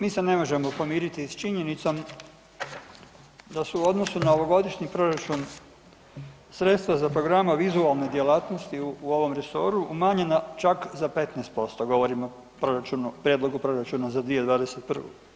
Mi se, mi se ne možemo pomiriti s činjenicom da su u odnosu na ovogodišnji proračun sredstva za programa vizualne djelatnosti u ovom resoru umanjena čak za 15%, govorimo o proračunu, prijedlogu proračuna za 2021.